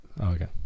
Okay